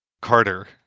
Carter